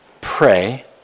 pray